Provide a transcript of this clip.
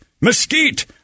mesquite